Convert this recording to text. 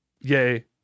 yay